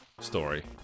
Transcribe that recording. story